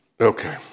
okay